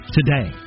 today